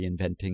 reinventing